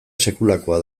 sekulakoa